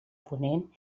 ponent